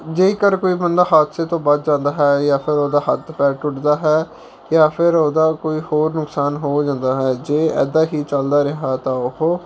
ਜੇਕਰ ਕੋਈ ਬੰਦਾ ਹਾਦਸੇ ਤੋਂ ਬਚ ਜਾਂਦਾ ਹੈ ਜਾਂ ਫਿਰ ਉਹਦਾ ਹੱਥ ਪੈਰ ਟੁੱਟਦਾ ਹੈ ਜਾਂ ਫਿਰ ਉਹਦਾ ਕੋਈ ਹੋਰ ਨੁਕਸਾਨ ਹੋ ਜਾਂਦਾ ਹੈ ਜੇ ਇੱਦਾਂ ਹੀ ਚੱਲਦਾ ਰਿਹਾ ਤਾਂ ਉਹ